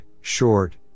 short